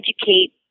educate